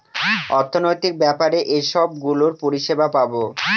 অর্থনৈতিক ব্যাপারে এইসব গুলোর পরিষেবা পাবো